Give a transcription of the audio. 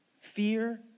Fear